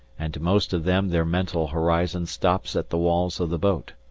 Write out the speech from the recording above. and to most of them their mental horizon stops at the walls of the boat.